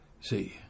See